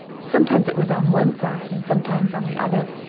sometimes it was on one side and sometimes on the other.